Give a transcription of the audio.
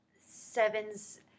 sevens